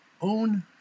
own